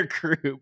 group